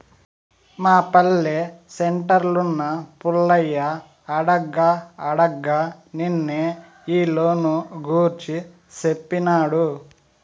మా పల్లె సెంటర్లున్న పుల్లయ్య అడగ్గా అడగ్గా నిన్నే ఈ లోను గూర్చి సేప్పినాడు